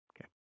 Okay